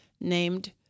named